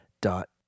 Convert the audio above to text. dot